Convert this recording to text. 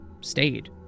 stayed